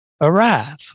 arrive